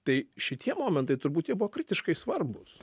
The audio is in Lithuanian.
tai šitie momentai turbūt jie buvo kritiškai svarbūs